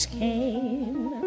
came